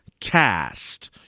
cast